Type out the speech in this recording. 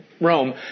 Rome